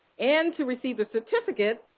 and to receive a certificate,